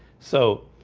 so